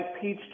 peach